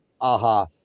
aha